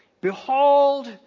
Behold